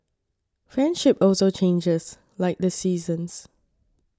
friendship also changes like the seasons